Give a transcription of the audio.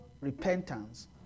repentance